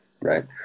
right